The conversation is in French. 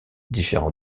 différents